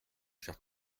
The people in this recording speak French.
cher